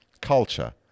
culture